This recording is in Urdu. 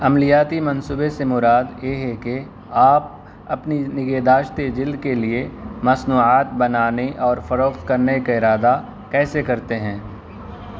عملیاتی منصوبے سے مراد اے ہے کہ آپ اپنی نگہداشت جلد کے لیے مصنوعات بنانے اور فروخت کرنے کا ارادہ کیسے کرتے ہیں